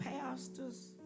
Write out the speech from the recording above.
pastors